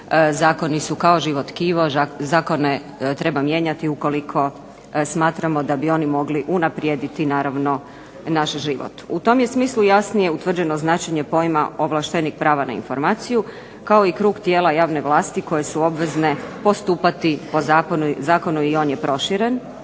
zakoni su kao živo tkivo, zakone treba mijenjati ukoliko smatramo da bi oni mogli unaprijediti naravno naš život. U tom je smislu jasnije utvrđeno značenje pojma ovlaštenik prava na informaciju kao i krug tijela javne vlasti koje su obvezne postupati po zakonu i on je proširen.